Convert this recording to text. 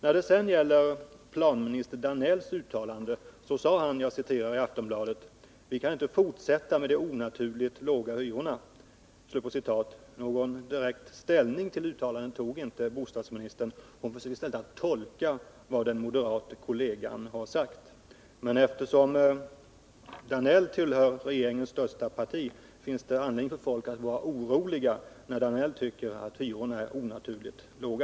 När det gäller planminister Danells uttalande i Aftonbladet vill jag återge vad han sade: Vi kan inte fortsätta med de onaturligt låga hyrorna. Någon direkt ställning till det uttalandet tog inte bostadsministern. Hon försökte i stället tolka vad hennes moderate kollega har sagt. Eftersom Georg Danell tillhör regeringens största parti finns det anledning för folk att hysa oro, när han tycker att hyrorna är onaturligt låga.